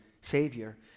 Savior